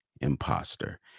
imposter